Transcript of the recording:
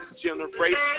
generation